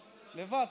לבד.